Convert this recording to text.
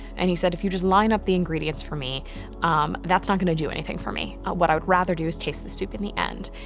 and he said, if you just line up the ingredients for me that's not gonna do anything for me. what i would rather do is taste the soup in the end.